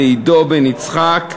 לעידו בן-יצחק ולדפנה,